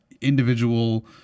individual